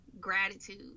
gratitude